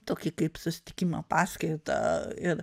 tokį kaip susitikimą paskaitą ir